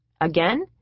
Again